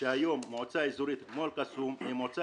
שהיום מועצה אזורית כמו אל קסום היא המועצה